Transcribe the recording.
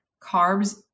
carbs